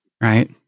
right